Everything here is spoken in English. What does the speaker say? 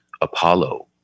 Apollo